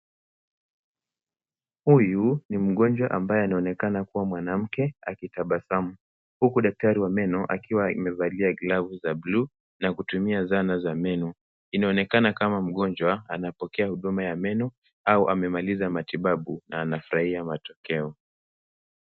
Huyu ni mgonjwa ambaye anaonekana kuwa mwanamke akitabasamu huku daktari wa meno akiwa imevalia glavu za bluu na kutumia zana za meno. Inaonekana kama mgonjwa anapokea huduma ya meno au amemaliza matibabu na anafurahia matokeo.